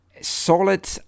Solid